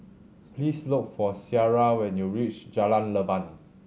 please look for Ciara when you reach Jalan Leban